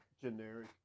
generic